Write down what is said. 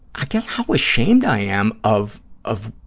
i guess how ashamed i am of of